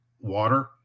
water